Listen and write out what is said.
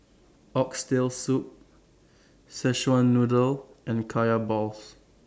Oxtail Soup Szechuan Noodle and Kaya Balls